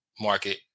market